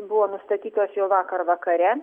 buvo nustatytos jau vakar vakare